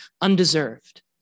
undeserved